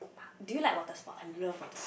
do you like water sport I love water